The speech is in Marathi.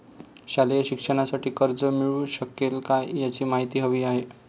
शालेय शिक्षणासाठी कर्ज मिळू शकेल काय? याची माहिती हवी आहे